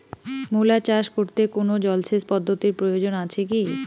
মূলা চাষ করতে কোনো জলসেচ পদ্ধতির প্রয়োজন আছে কী?